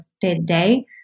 day-to-day